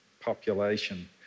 population